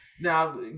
now